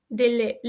delle